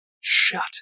shut